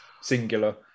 singular